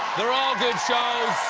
they're all good shows.